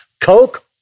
Coke